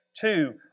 Two